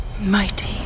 Mighty